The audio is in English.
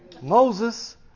Moses